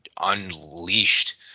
unleashed